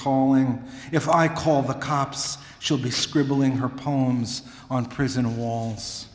calling if i call the cops she'll be scribbling her poems on prison walls